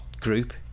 group